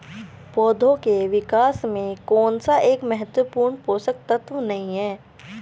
पौधों के विकास में कौन सा एक महत्वपूर्ण पोषक तत्व नहीं है?